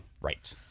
Right